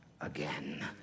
again